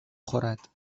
خورد